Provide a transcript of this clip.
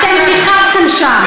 אתם כיכבתם שם.